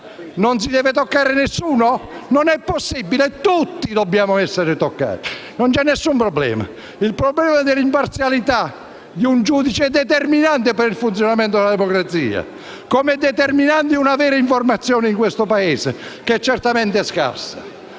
Non si deve toccare nessuno? Non è possibile. Tutti dobbiamo essere toccati, non c'è alcun problema. Il tema dell'imparzialità di un giudice è determinante per il funzionamento della democrazia, come lo è una vera informazione, che in questo Paese è certamente scarsa.